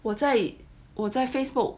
我在我在 Facebook